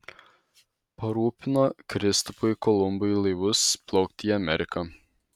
parūpino kristupui kolumbui laivus plaukti į ameriką